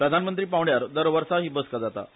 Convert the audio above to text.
प्रधानमंत्री पावण्यार दर वर्सा ही बसका जाता